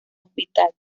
hospital